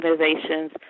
organizations